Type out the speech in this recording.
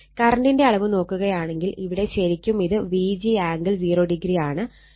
കറണ്ടിന്റെ അളവ് നോക്കുകയാണെങ്കിൽ ഇവിടെ ശരിക്കും ഇത് Vg ആംഗിൾ 0° ആണ്